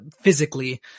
physically